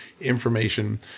information